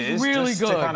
really good.